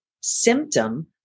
symptom